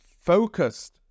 focused